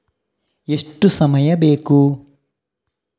ಎಷ್ಟು ಸಮಯ ಬೇಕು?